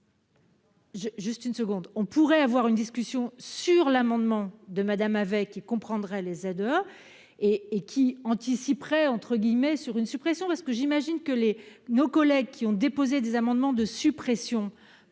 juste une seconde, on pourrait avoir une discussion sur l'amendement de Madame avec qui comprendrait les et et qui anticiperaient entre guillemets sur une suppression parce que j'imagine que les nos collègues qui ont déposé des amendements de suppression